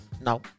No